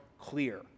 clear